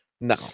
no